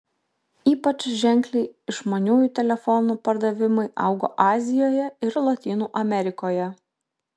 ypač ženkliai išmaniųjų telefonų pardavimai augo azijoje ir lotynų amerikoje